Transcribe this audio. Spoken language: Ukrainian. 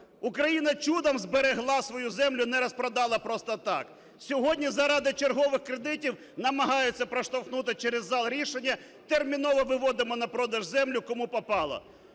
Україна чудом зберегла свою землю, не розпродала просто так. Сьогодні заради чергових кредитів намагаються проштовхнути через зал рішення, терміново виводимо на продаж землю кому попало.